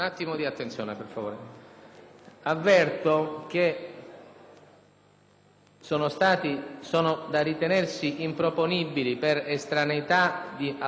avverto che sono da ritenersi improponibili per estraneità alla materia oggetto del provvedimento in esame emendamenti ed ordini del giorno